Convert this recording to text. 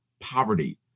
poverty